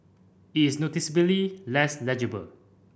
it is noticeably less legible